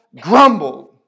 grumbled